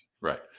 Right